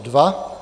2.